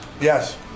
Yes